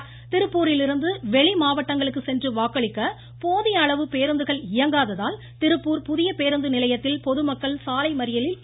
திருப்பூர் திருப்பூரிலிருந்து வெளி மாவட்டங்களுக்கு சென்று வாக்களிக்க போதிய அளவு பேருந்துகள் இயங்காததால் திருப்பூர் புதிய பேருந்து நிலையத்தில் பொதுமக்கள் சாலை மறியலில் ஈடுபட்டனர்